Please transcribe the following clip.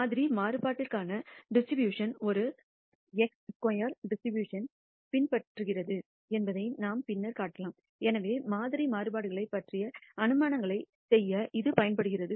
மாதிரி மாறுபாட்டிற்கான டிஸ்ட்ரிபியூஷன்ஒரு χ ஸ்கொயர் டிஸ்ட்ரிபியூஷன்ஐ பின்பற்றுகிறது என்பதை நாம் பின்னர் காட்டலாம் எனவே மாதிரி மாறுபாடுகளைப் பற்றிய அனுமானங்களைச் செய்ய இது பயன்படுகிறது